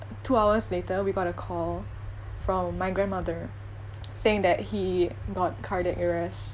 two hours later we got a call from my grandmother saying that he got cardiac arrest